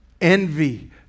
envy